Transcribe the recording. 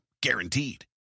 guaranteed